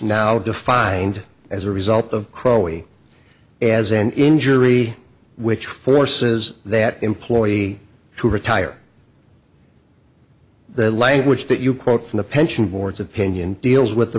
now defined as a result of crowell as an injury which forces that employee to retire the language that you quote from the pension board's opinion deals with the